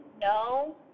no